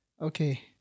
Okay